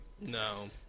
No